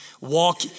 walk